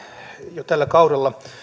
jo tällä kaudella